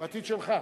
בסדר.